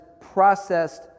processed